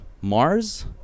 Mars